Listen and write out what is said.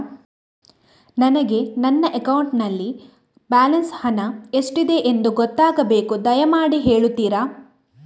ನನಗೆ ನನ್ನ ಅಕೌಂಟಲ್ಲಿ ಬ್ಯಾಲೆನ್ಸ್ ಹಣ ಎಷ್ಟಿದೆ ಎಂದು ಗೊತ್ತಾಗಬೇಕು, ದಯಮಾಡಿ ಹೇಳ್ತಿರಾ?